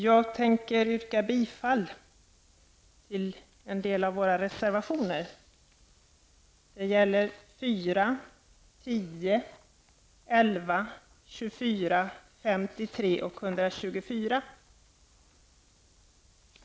Jag yrkar bifall till en del av våra reservationer, nämligen nr 4, 10, 11, 24, 53 och 124.